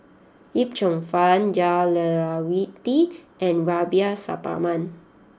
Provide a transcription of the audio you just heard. Yip Cheong Fun Jah Lelawati and Rubiah Suparman